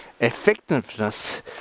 effectiveness